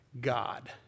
God